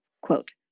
quote